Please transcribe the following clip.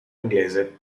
inglese